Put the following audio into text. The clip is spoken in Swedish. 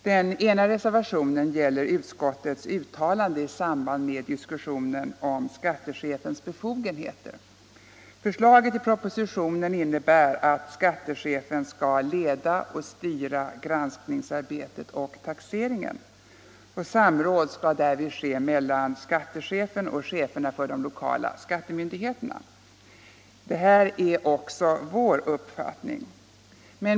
Den ena reservationen avser utskottets uttalande i samband med diskussionen om skattechefens befogenheter. Förslaget i propositionen innebär att skattechefen skall leda och styra granskningsarbetet och taxeringen. Samråd skall därvid ske mellan skattechefen och cheferna för de lokala skattemyndigheterna. Detta är också vår uppfattning.